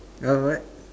uh what